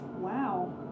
wow